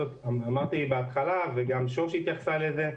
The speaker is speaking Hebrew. אמרתי בהתחלה וגם שוש התייחסה לזה,